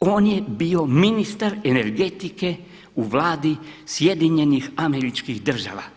on je bio ministar energetike u vladi SAD-a.